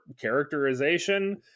characterization